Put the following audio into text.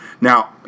Now